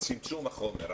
צמצום החומר,